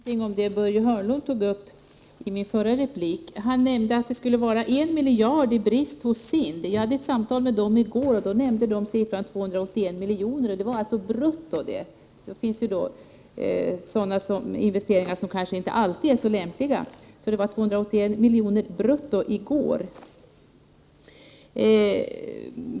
Herr talman! Jag hann inte med att säga något om det som Börje Hörnlund tog upp från min förra replik. Han nämnde att bristen hos SIND skulle vara 1 miljard kronor. Jag hade ett samtal med SIND i går, varvid de nämnde siffran 281 miljoner — brutto. Det finns sådana investeringar som inte är så lämpliga. Bristen var alltså 281 miljoner brutto i går.